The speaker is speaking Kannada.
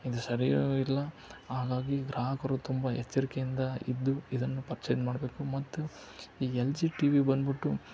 ಇದು ಸರಿಯೂ ಇಲ್ಲ ಹಾಗಾಗಿ ಗ್ರಾಹಕರು ತುಂಬ ಎಚ್ಚರಿಕೆಯಿಂದ ಇದ್ದು ಇದನ್ನು ಪರ್ಚೇಸ್ ಮಾಡಬೇಕು ಮತ್ತು ಈ ಎಲ್ ಜಿ ಟಿ ವಿ ಬಂದ್ಬಿಟ್ಟು